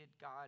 God